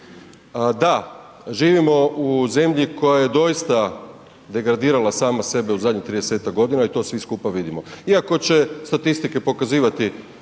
Da, živimo u zemlji koja je doista degradirala sama sebe u zadnjih 30-ak godina i to svi skupa vidimo. Iako će statistike pokazivati